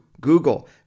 Google